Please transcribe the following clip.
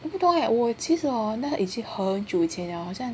我也不懂 eh 我其实 hor 那个已经很久以前了好像